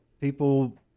people